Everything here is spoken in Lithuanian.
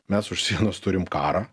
mes už sienos turim karą